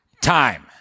Time